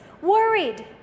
worried